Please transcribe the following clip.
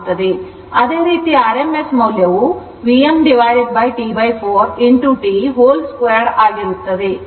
ಅದೇ ರೀತಿ Vrms ಮೌಲ್ಯವು Vm T4 t 2 ಆಗಿರುತ್ತದೆ